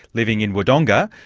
living in wodonga,